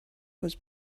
was